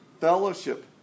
fellowship